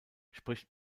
spricht